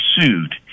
sued